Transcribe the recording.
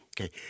Okay